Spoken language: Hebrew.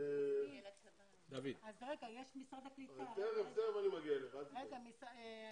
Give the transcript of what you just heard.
שלום לכם מר ביטן,